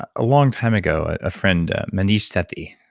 ah a long time ago a friend, maneesh sethi,